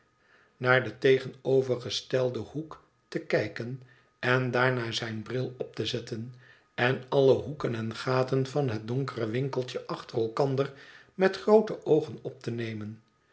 naar den tegenovergestelden hoek te kijken en daarna zijn bril op te zetten en alle hoeken en gaten van het donkere winkeltje achter elkander met groote ooen op te nemen